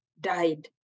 Died